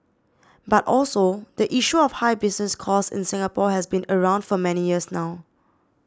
but also the issue of high business costs in Singapore has been around for many years now